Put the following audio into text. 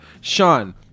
Sean